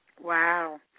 Wow